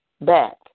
back